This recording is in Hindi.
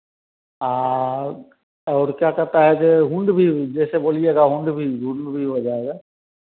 हाँ और क्या कहता है जे हुंड भी जैसे बोलिएगा हुंड भी हुंड भी हो जाएगा